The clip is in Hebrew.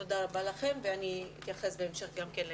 תודה רבה לכם, ואני אתייחס המשך גם כן לנתונים.